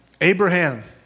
Abraham